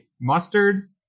mustard